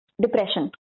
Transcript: depression